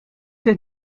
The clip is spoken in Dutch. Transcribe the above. het